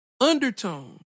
undertone